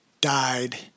died